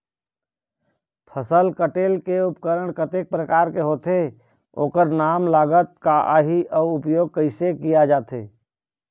फसल कटेल के उपकरण कतेक प्रकार के होथे ओकर नाम लागत का आही अउ उपयोग कैसे किया जाथे?